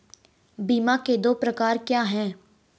बीमा के दो प्रकार क्या हैं?